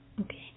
Okay